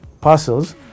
parcels